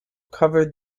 covered